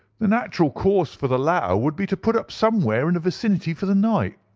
the natural course for the latter would be to put up somewhere in the vicinity for the night,